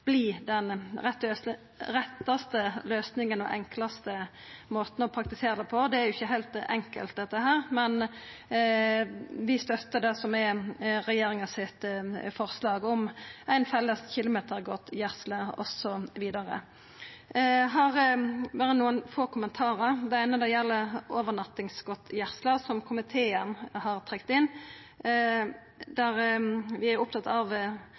den rettaste løysinga og den enklaste måten å praktisera det på – dette er jo ikkje heilt enkelt. Men vi støttar det som er regjeringa sitt forslag om ei felles kilometergodtgjersle osv. Eg har berre nokre få kommentarar. Det eine gjeld overnattingsgodtgjersla, som komiteen har trekt inn. Vi er opptatte av